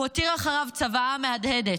הוא הותיר אחריו צוואה מהדהדת: